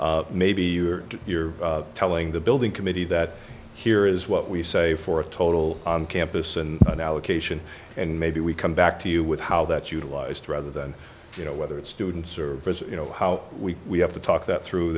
maybe you're telling the building committee that here is what we say for a total on campus and an allocation and maybe we come back to you with how that utilized rather than you know whether it's student services you know how we have to talk that through